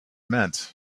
meant